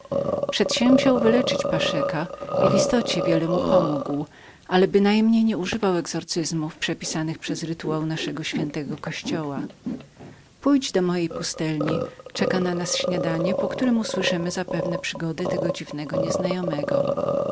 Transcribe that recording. przedsięwziął wyleczyć paszeka i w istocie wiele mu pomógł ale bynajmniej nie używał exorcyzmów przepisanych przez rytuał naszego świętego kościoła pójdź do mojej pustelni śniadanie czeka na nas po którem usłyszymy zapewne przygody tego dziwnego nieznajomego